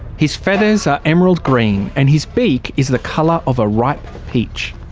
his feathers are emerald green and his beak is the colour of a ripe peach.